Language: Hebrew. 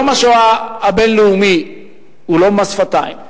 יום השואה הבין-לאומי הוא לא מס שפתיים.